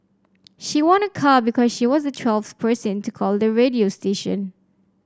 she won a car because she was the twelfth person to call the radio station